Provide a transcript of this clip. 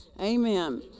Amen